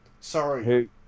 sorry